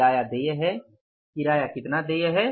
किराया देय है किराया देय कितना है